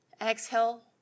Exhale